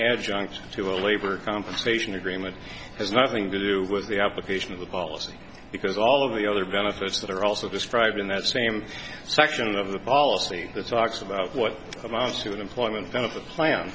adjunct to a labor compensation agreement has nothing to do with the application of the policy because all of the other benefits that are also described in that same section of the policy that's talks about what amounts to an employment benefit plan